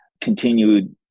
continued